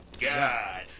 god